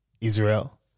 Israel